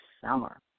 summer